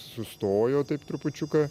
sustojo taip trupučiuką